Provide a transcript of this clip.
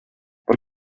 por